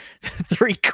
three